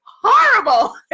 horrible